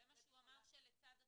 זה מה שהוא אמר שלצד התקנות.